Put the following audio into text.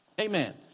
Amen